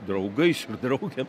draugais ir draugėm